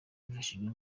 hifashishijwe